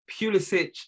Pulisic